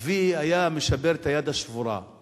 אבי היה משבר את היד השבורה.